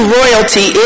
royalty